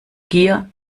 gier